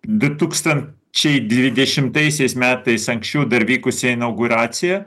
du tūkstančiai dvidešimtaisiais metais anksčiau dar vykusi inauguracija